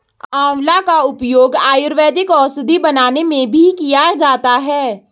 आंवला का उपयोग आयुर्वेदिक औषधि बनाने में भी किया जाता है